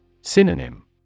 Synonym